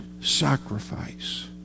sacrifice